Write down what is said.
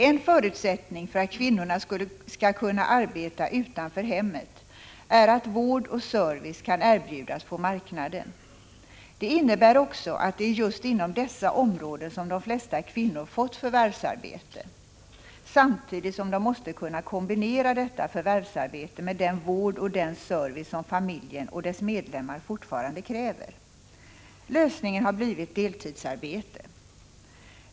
En förutsättning för att kvinnorna skall kunna arbeta utanför hemmet är att vård och service kan erbjudas på marknaden. Det innebär också att det är just inom dessa områden som de flesta kvinnor fått förvärvsarbete, samtidigt som de måste kunna kombinera detta förvärvsarbete med den vård och den service som familjen och dess medlemmar fortfarande kräver. Lösningen har blivit deltidsarbete.